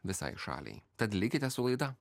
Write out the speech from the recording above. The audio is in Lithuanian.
visai šaliai tad likite su laida